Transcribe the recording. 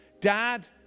Dad